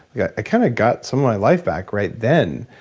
i kind of got some of my life back right then.